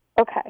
Okay